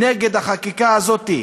היינו נגד החקיקה הזאת,